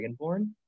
Dragonborn